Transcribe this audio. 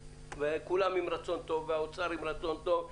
כולם עם רצון טוב והאוצר עם רצון טוב,